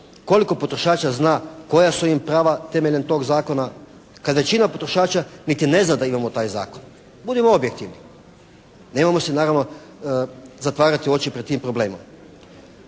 koliko potrošača zna koja su im prava temeljem tog zakona kad većina potrošača niti ne zna da imamo taj zakon. Budimo objektivni, nemojmo si naravno zatvarati oči pred tim problemom.